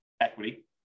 equity